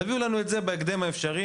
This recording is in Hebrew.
תביאו לנו את זה בהקדם האפשרי,